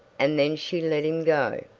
and then she let him go.